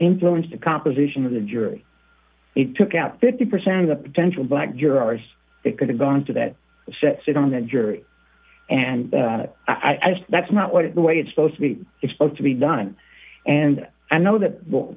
influence the composition of the jury it took out fifty percent of the potential black your arse it could have gone to that set sit on that jury and i said that's not what the way it's supposed to be exposed to be done and i know that will